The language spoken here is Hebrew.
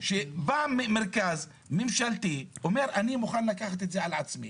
שבא מרכז ממשלתי ואומר אני מוכן לקחת את זה על עצמי